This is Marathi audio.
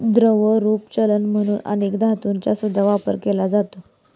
द्रवरूप चलन म्हणून अनेक धातूंचा सुद्धा वापर केला जातो